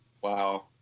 Wow